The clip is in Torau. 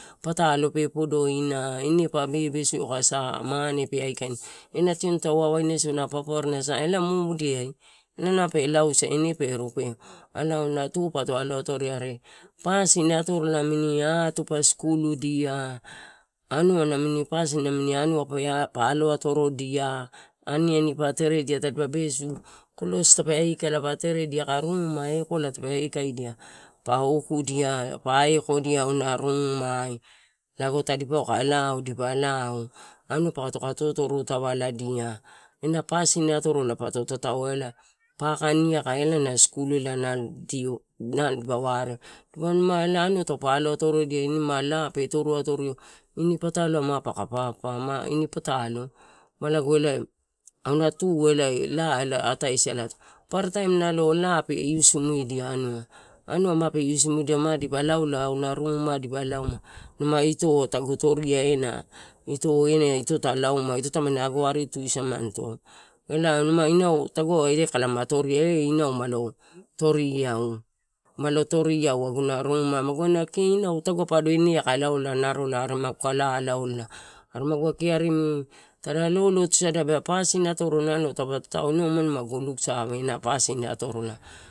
Patalo pe podoina ine pa bebesu eu aka sa mane tape aikaino ena tioni tau wawainasau papoarina sa elae mumudia mape lausai elae ine auna tu pato alo atoria pasin atorola namini atu pa skul udia anua namini pasin namini anua pa alo atorodia, aniani pa teredia, tadipa besu, klosi tape aikala pa teredia aka ruma ekoala tape aikaidia pa okudia pa aekodia auna rumai lago tadipa kae lao, anua patoko totorutavaladia ena pasin atorola pato tatau, paka, niaka elae ena skul di elae di wareau dipa numa anua anua taupe alo atorodia uma laa. Pe toru atorio, ini pataloai ma paka papa, ma ini patalo malago elae, auna tu elae ma laa elae ataisalato, paparataim ela laa peiusimudia, ma dipa lauia auna ruma dipa lauma. Ito tagu toria ena eh ito ta lauma ito tamani ari tu samani elae ma inau tagu eh kae lo toriau are kaina inau malo toria aguna rumai, kee magu waina ina tagua ine kae laala narola are maguka lalaola narola tada lo-lotu sada bea, pasin atoro nalo taupe tatau inau umado magu luksavena ena pasin atorola.